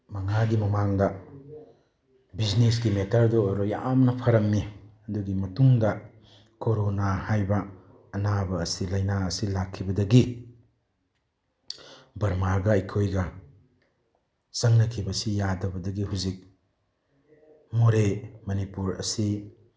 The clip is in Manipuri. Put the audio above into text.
ꯃꯉꯥꯒꯤ ꯃꯃꯥꯡꯗ ꯕꯤꯖꯤꯅꯦꯁꯀꯤ ꯃꯦꯇꯔꯗ ꯑꯣꯏꯔꯣ ꯌꯥꯝꯅ ꯐꯔꯝꯃꯤ ꯑꯗꯨꯒꯤ ꯃꯇꯨꯡꯗ ꯀꯣꯔꯣꯅꯥ ꯍꯥꯏꯕ ꯑꯅꯥꯕ ꯑꯁꯤ ꯂꯥꯏꯅꯥ ꯑꯁꯤ ꯂꯥꯛꯈꯤꯕꯗꯒꯤ ꯕꯔꯃꯥꯒ ꯑꯩꯈꯣꯏꯒ ꯆꯪꯅꯈꯤꯕꯁꯤ ꯌꯥꯗꯕꯗꯒꯤ ꯍꯧꯖꯤꯛ ꯃꯣꯔꯦ ꯃꯅꯤꯄꯨꯔ ꯑꯁꯤ